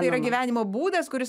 tai yra gyvenimo būdas kuris